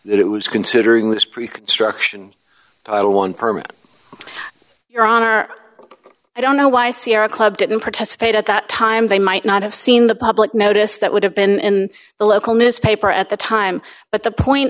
that it was considering this pre construction one permit your honor i don't know why sierra club didn't participate at that time they might not have seen the public notice that would have been in the local newspaper at the time but the point